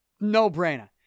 No-brainer